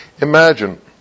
Imagine